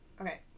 okay